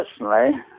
personally